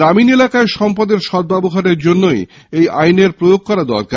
গ্রামীণ এলাকায় সম্পদের সদব্যবহারের জন্য এই আইনের প্রয়োগ দরকার